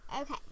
Okay